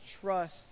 trust